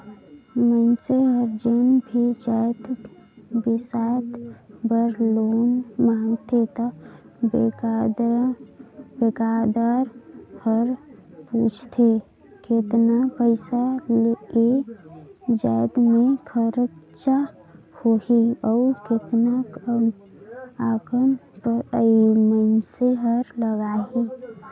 मइनसे हर जेन भी जाएत बिसाए बर लोन मांगथे त बेंकदार हर पूछथे केतना पइसा ए जाएत में खरचा होही अउ केतना अकन मइनसे हर लगाही